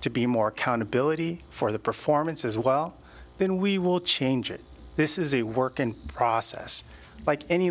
to be more accountability for the performance as well then we will change it this is a work in process like any